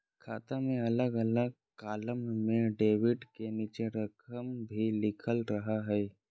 खाते में अलग अलग कालम में डेबिट के नीचे रकम भी लिखल रहा हइ